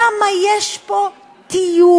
למה יש פה תיוג?